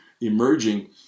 emerging